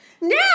Now